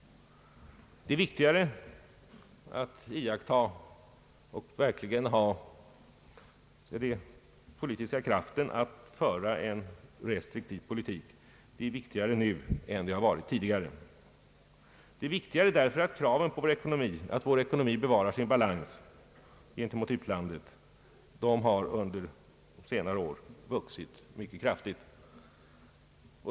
Det är viktigare nu än det har varit tidigare att bevara balansen i ekonomin och verkligen ha den politiska kraften att föra en härtill anpassad restriktiv politik. Det är viktigare därför att kraven på att vår ekonomi bevarar sin balans gentemot utlandet under senare år har vuxit mycket kraftigt.